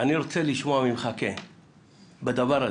אני רוצה לשמוע ממך בדבר הזה,